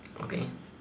okay